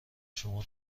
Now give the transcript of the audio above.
شما